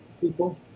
people